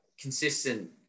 consistent